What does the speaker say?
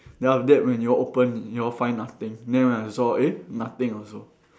then after that when you all open you all find nothing then when I saw eh nothing also